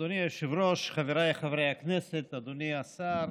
אדוני היושב-ראש, חבריי חברי הכנסת, אדוני השר,